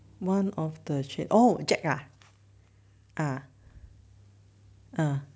one of the jack oh jack ah ah